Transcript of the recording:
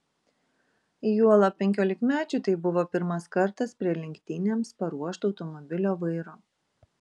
juolab penkiolikmečiui tai buvo pirmas kartas prie lenktynėms paruošto automobilio vairo